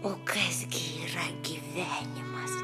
o kas gi yra gyvenimas